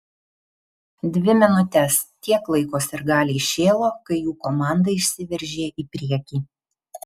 dvi minutes tiek laiko sirgaliai šėlo kai jų komanda išsiveržė į priekį